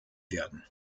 werden